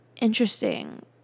interesting